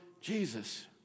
Jesus